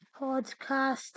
podcast